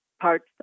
parts